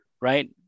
right